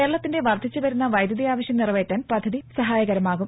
കേരളത്തിന്റെ വർദ്ധിച്ചു വരുന്ന വൈദ്യുതി ആവശ്യം നിറവേറ്റാൻ പദ്ധതി സഹായകമാകും